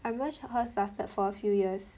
I remember her's lasted for a few years